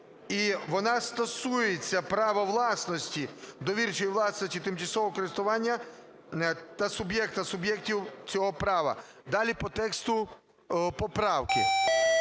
і вона стосується права власності, довірчої власності тимчасового користування та суб'єкта (суб'єктів) цього права". Далі по тексту поправки.